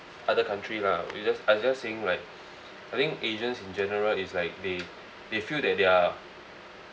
other country lah we just I just saying like I think asians in general is like they they feel that they're